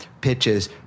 pitches